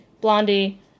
blondie